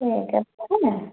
ठीक है रखूँ मैं